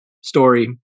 story